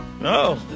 No